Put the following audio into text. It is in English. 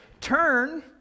Turn